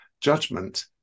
Judgment